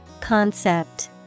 Concept